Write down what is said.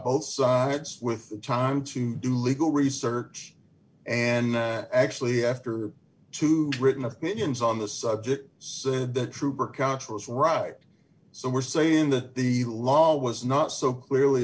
both sides with time to do legal research and actually after two written opinions on the subject said the trooper council was right so we're saying that the law was not so clearly